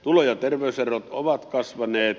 tulo ja terveyserot ovat kasvaneet